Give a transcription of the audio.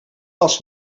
last